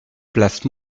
place